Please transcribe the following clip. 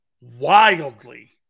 Wildly